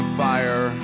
fire